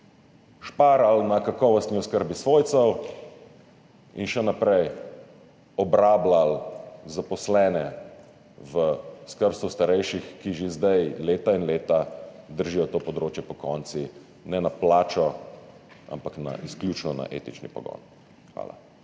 šparali na kakovostni oskrbi svojcev in še naprej obrabljali zaposlene v skrbstvu starejših, ki že zdaj leta in leta držijo to področje pokonci, ne zaradi plače, ampak izključno na etični pogon. Hvala.